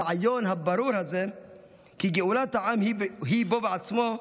הרעיון הברור הזה כי גאולת העם היא בו בעצמו,